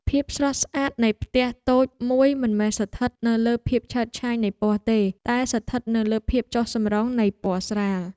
ភាពស្រស់ស្អាតនៃផ្ទះតូចមួយមិនមែនស្ថិតនៅលើភាពឆើតឆាយនៃពណ៌ទេតែស្ថិតនៅលើភាពចុះសម្រុងគ្នានៃពណ៌ស្រាល។